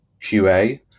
QA